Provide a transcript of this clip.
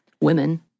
women